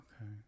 okay